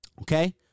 Okay